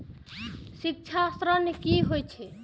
शिक्षा ऋण की होय छै?